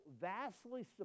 vastly